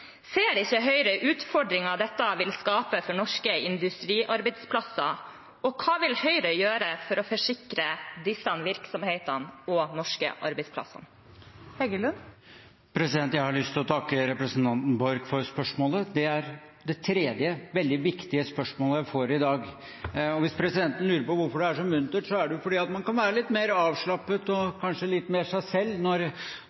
Ser ikke Høyre utfordringen dette vil skape for norske industriarbeidsplasser? Hva vil Høyre gjøre for å sikre disse virksomhetene og de norske arbeidsplassene? Jeg har lyst til å takke representanten for spørsmålet. Det er det tredje veldig viktige spørsmålet jeg får i dag. Hvis presidenten lurer på hvorfor det er så muntert, er det jo fordi man kan være litt mer avslappet og kanskje litt mer seg selv når